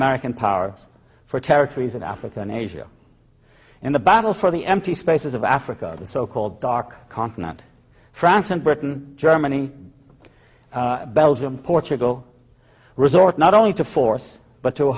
american power for territories in africa and asia in the battle for the empty spaces of africa the so called dark continent france and britain germany belgium portugal resort not only to force but to a